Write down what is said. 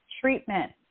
treatment